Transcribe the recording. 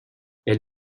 elle